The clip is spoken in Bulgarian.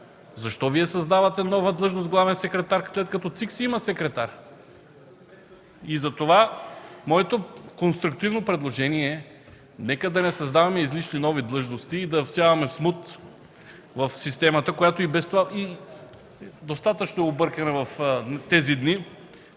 Защо Вие създавате нова длъжност „главен секретар”, след като ЦИК си има секретар? Затова моето конструктивно предложение е – нека да не създаваме излишни нови длъжности и да всяваме смут в системата, която и без това достатъчно е объркана в тези дни.